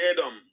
Adam